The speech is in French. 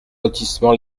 lotissement